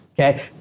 Okay